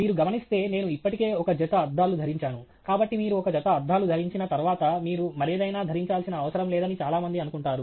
మీరు గమనిస్తే నేను ఇప్పటికే ఒక జత అద్దాలు ధరించాను కాబట్టి మీరు ఒక జత అద్దాలు ధరించిన తర్వాత మీరు మరేదైనా ధరించాల్సిన అవసరం లేదని చాలా మంది అనుకుంటారు